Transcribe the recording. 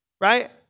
right